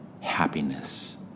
Happiness